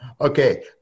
Okay